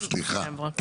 סרברו,